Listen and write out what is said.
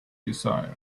desired